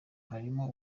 harimo